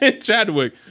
Chadwick